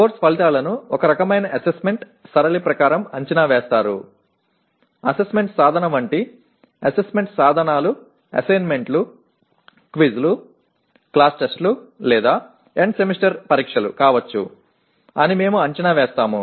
course ఫలితాలను ఒక రకమైన అసెస్మెంట్ సరళి ప్రకారం అంచనా వేస్తారు అసెస్మెంట్ సాధన వంటి అసెస్మెంట్ సాధనాలు అసైన్మెంట్లు క్విజ్లు క్లాస్ టెస్ట్లు లేదా ఎండ్ సెమిస్టర్ పరీక్షలు కావచ్చు అని మేము అంచనా వేస్తాము